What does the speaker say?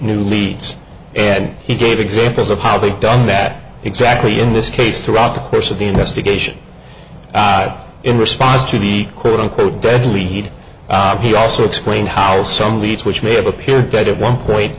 new leads and he gave examples of how they've done that exactly in this case throughout the course of the investigation in response to the quote unquote deadly heat he also explained how some leads which may have appeared dead at one point